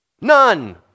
None